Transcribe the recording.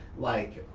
like,